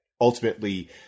ultimately